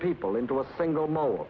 people into a single mo